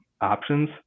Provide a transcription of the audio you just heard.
options